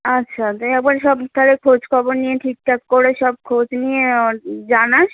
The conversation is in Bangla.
আচ্ছা তাই একবার সব তাহলে খোঁজ খবর নিয়ে ঠিকঠাক করে সব খোঁজ নিয়ে আমার জানাস